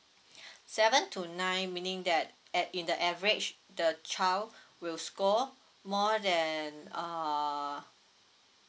seven to nine meaning that a~ in the average the child will score more than uh